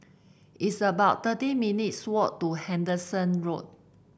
it's about thirty minutes' walk to Henderson Road